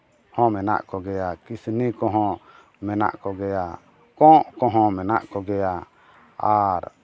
ᱦᱚᱸ ᱢᱮᱱᱟᱜ ᱠᱚᱜᱮᱭᱟ ᱠᱤᱥᱱᱤ ᱠᱚ ᱦᱚᱱ ᱢᱮᱱᱟᱜ ᱠᱚᱜᱮᱭᱟ ᱠᱚᱸᱜ ᱠᱚ ᱦᱚᱸ ᱢᱮᱱᱟᱜ ᱠᱚᱜᱮᱭᱟ ᱟᱨ